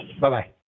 Bye-bye